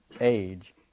age